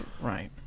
right